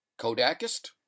Kodakist